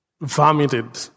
vomited